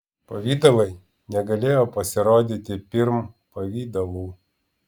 pavidalai negalėjo pasirodyti pirm pavidalų